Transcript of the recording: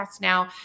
now